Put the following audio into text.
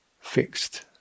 fixed